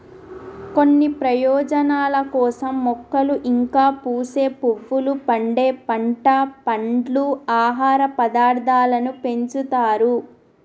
కొన్ని ప్రయోజనాల కోసం మొక్కలు ఇంకా పూసే పువ్వులు, పండే పంట, పండ్లు, ఆహార పదార్థాలను పెంచుతారు